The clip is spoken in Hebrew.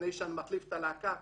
לפני שאני מחליף את הלהקה,